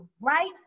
right